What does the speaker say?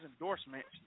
endorsements